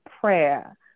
prayer